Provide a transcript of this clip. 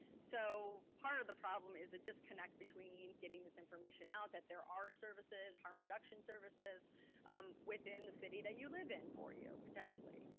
so part of the problem is a disconnect between between getting this information out that there are services, harm reduction services within the city that you live in for you, potentially,